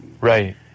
Right